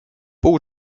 pół